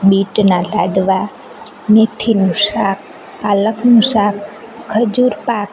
બીટના લાડવા મેથીનું શાક પાલકનું શાક ખજૂર પાક